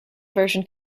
version